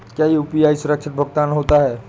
क्या यू.पी.आई सुरक्षित भुगतान होता है?